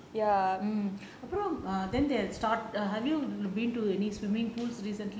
அப்புறம்:appuram then they start have you been to any swimming pools recently